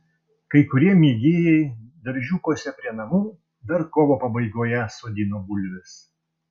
kai kurie mėgėjai daržiukuose prie namų dar kovo pabaigoje sodino bulves